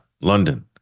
London